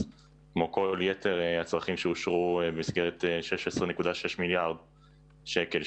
אז כמו כל יתר הצרכים שאושרו במסגרת ה-16.6 מיליארד שקל,